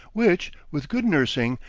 which, with good nursing,